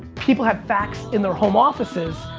people had fax in their home offices.